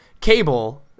Cable